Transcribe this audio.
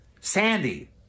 Sandy